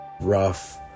rough